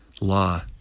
law